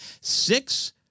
Six